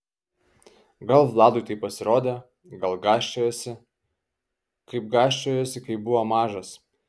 o gal vladui taip pasirodė gal gąsčiojasi kaip gąsčiojosi kai buvo mažas